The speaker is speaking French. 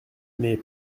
mais